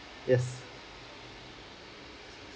yes